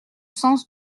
sens